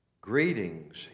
Greetings